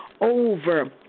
over